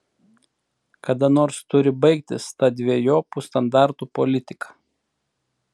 kada nors turi baigtis ta dvejopų standartų politika